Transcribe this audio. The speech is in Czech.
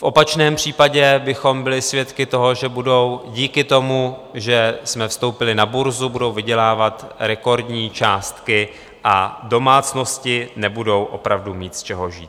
V opačném případě bychom byli svědky toho, že budou díky tomu, že jsme vstoupili na burzu, vydělávat rekordní částky a domácnosti nebudou opravdu mít z čeho žít.